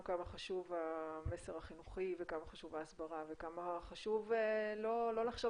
כמה חשוב המסר החינוכי וכמה חשובה ההסברה וכמה חשוב לא לחשוב